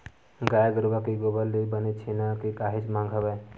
गाय गरुवा के गोबर ले बने छेना के काहेच मांग हवय